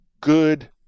good